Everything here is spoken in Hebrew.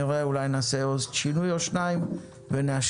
נראה אולי נעשה שינוי או שניים ונאשר.